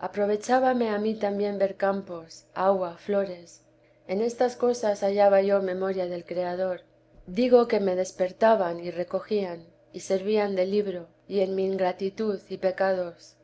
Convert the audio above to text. aprovechábame a mí también ver campos agua flores en estas cosas hallaba yo memoria del criador digo que me despertaban vida de la santa madre y recogían y servían de libro y en mi ingratitud y pecados